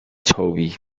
toby